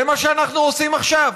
זה מה שאנחנו עושים עכשיו.